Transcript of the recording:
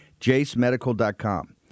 JaceMedical.com